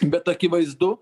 bet akivaizdu